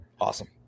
Awesome